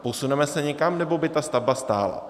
Posuneme se někam, nebo by ta stavba stála?